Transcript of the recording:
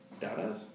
Dada's